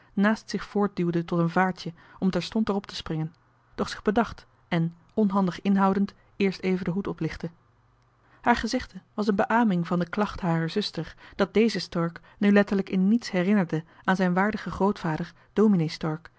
naast zich voortduwde tot een vaartje om terstond er op te springen doch zich bedacht en onhandig inhoudend eerst even den hoed oplichtte haar gezegde was een beaming van de klacht harer zuster dat deze stork nu letterlijk in niets herinnerde aan zijn waardigen grootvader